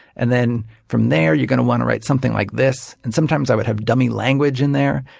and then from there, you're going to want to write something like this. and sometimes i would have dummy language in there.